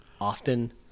often